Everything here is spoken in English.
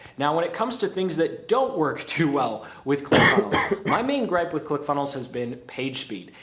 now when it comes to things that don't work too well with click funnels, my main gripe with click funnels has been page speed.